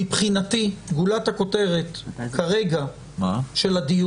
מבחינתי גולת הכותרת של הדיון,